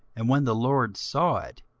and when the lord saw it,